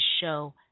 show